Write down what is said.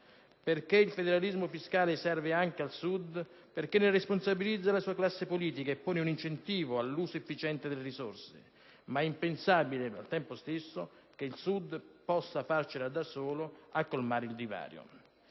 Sud. Il federalismo fiscale serve anche al Sud perché responsabilizza la sua classe politica e pone un incentivo all'uso efficiente delle risorse, anche se al tempo stesso è impensabile che da solo il Sud possa farcela da solo a colmare il divario.